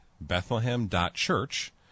Bethlehem.Church